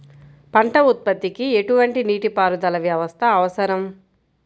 పంట ఉత్పత్తికి ఎటువంటి నీటిపారుదల వ్యవస్థ అవసరం?